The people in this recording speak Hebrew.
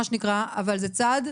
אבל זה צעד,